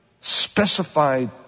specified